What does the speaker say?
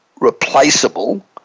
replaceable